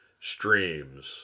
streams